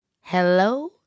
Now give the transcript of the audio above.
hello